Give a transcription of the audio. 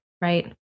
right